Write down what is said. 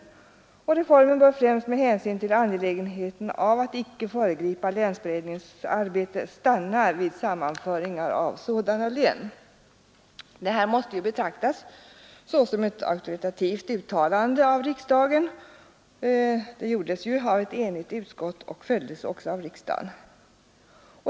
Reformen bör, främst med hänsyn till angelägenheten av att icke föregripa länsberedningens arbete, stanna vid sammanföringar av sådana län.” Detta måste betraktas såsom ett auktoritativt uttalande, helst som det gjordes av ett enigt utskott och även följdes av riksdagen.